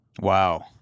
Wow